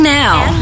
Now